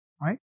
Right